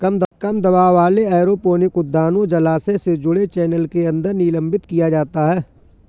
कम दबाव वाले एरोपोनिक उद्यानों जलाशय से जुड़े चैनल के अंदर निलंबित किया जाता है